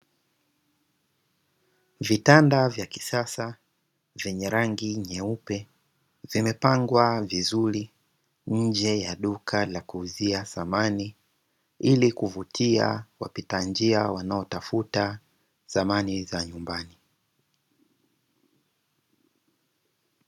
Vitanda vya kisasa vyenye rangi nyeupe vimepangwa vizuri nje ya duka la kuuzia samani, ili kuvutia wapita njia wanaotafuta samani za nyumbani.